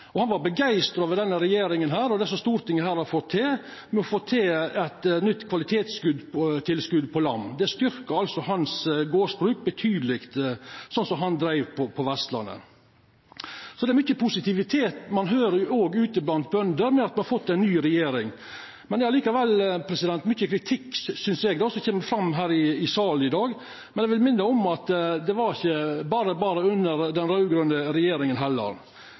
sa han. Han var begeistra over denne regjeringa og det som Stortinget her har fått til. Me har fått til eit nytt kvalitetstilskot på lam. Det styrkte altså hans gardsbruk betydeleg, sånn som han dreiv på Vestlandet. Så det er mykje positivitet ein òg høyrer ute blant bønder i samband med at me har fått ei ny regjering. Eg synest likevel det er mykje kritikk som kjem fram her i salen i dag, men eg vil minna om at det var ikkje berre, berre under den raud-grøne regjeringa heller.